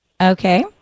Okay